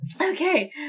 Okay